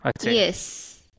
Yes